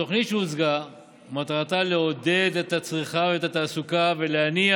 התוכנית שהוצגה מטרתה לעודד את הצריכה ואת התעסוקה ולהניע